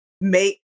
make